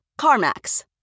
CarMax